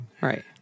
right